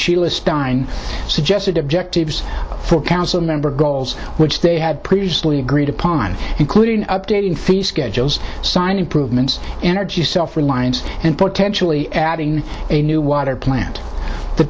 sheila stein suggested objectives for council member goals which they had previously agreed upon including updating fee schedules signed improvements energy self reliance and potentially adding a new water plant the